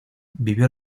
vivió